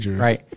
right